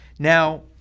Now